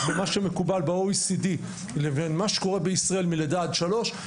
במה שמקובל ב-OECD לבין מה שקורה בישראל מלידה עד שלוש.